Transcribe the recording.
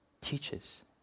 teaches